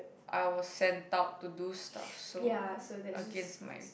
I was sent out to do stuff so against my